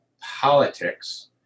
politics